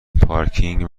پارکینگ